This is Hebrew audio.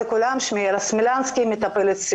שנים.